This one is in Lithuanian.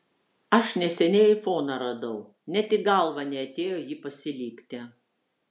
aš neseniai aifoną radau net į galvą neatėjo jį pasilikti